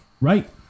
Right